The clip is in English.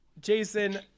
jason